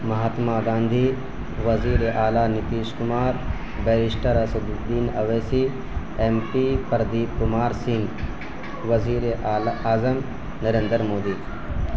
مہاتما گاندھی وزیر اعلیٰ Nitish Kumar barrister Asaduddin Owaisi M P Pradeep Kumar Singh وزیر اعلیٰ اعظم نریندر مودی